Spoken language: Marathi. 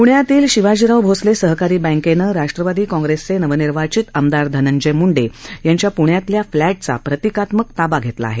प्ण्यातील शिवाजीराव भोसले सहकारी बँकेनं राष्ट्रवादी काँग्रेसचे नवनिर्वाचित आमदार धनंजय मुंडे यांच्या प्ण्यातल्या फ्लॅटचा प्रतिकात्मक ताबा घेतला आहे